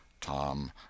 Tom